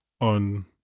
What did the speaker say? on